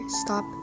stop